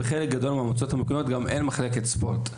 בחלק גדול מהמועצות המקומיות גם אין מחלקת ספורט.